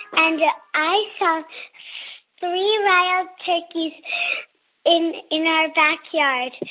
and and yeah i saw three wild turkeys in in our backyard.